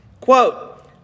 Quote